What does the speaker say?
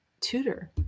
tutor